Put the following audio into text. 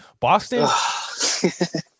Boston